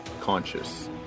conscious